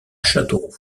châteauroux